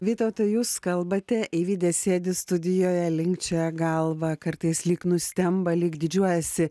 vytautai jūs kalbate eivedė sėdi studijoje linkčioja galva kartais lyg nustemba lyg didžiuojasi